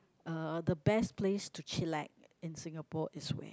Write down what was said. uh the best place to chillax in Singapore is where